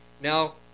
Now